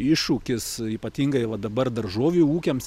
iššūkis ypatingai va dabar daržovių ūkiams